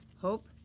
Hope